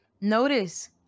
Notice